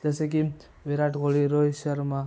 जसे की विराट कोहली रोहित शर्मा